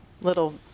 little